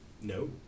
No